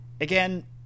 again